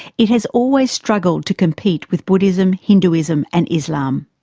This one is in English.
it has always struggled to compete with buddhism, hinduism and islam.